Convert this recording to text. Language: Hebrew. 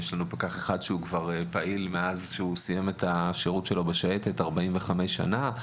יש לנו פקח שפעיל מאז שהוא סיים את השירות שלו בשייטת לפני 45 שנה,